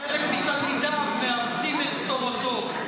ושחלק מתלמידיו מעוותים את תורתו.